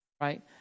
Right